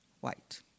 white